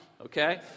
Okay